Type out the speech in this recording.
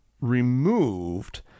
removed